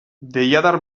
deiadar